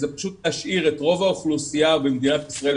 זה פשוט להשאיר את רוב האוכלוסייה במדינת ישראל,